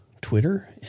Twitter